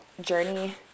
journey